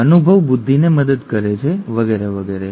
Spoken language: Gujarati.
અનુભવ બુદ્ધિને મદદ કરે છે વગેરે વગેરે